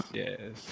yes